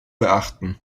beachten